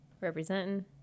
representing